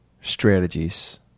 strategies